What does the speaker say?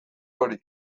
hori